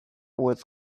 was